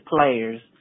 players